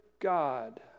God